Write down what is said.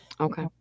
Okay